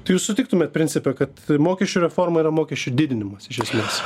tai jūs sutiktumėt principe kad mokesčių reforma ir mokesčių didinimas iš esmės